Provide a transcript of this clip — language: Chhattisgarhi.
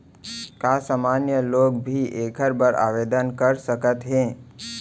का सामान्य लोग भी एखर बर आवदेन कर सकत हे?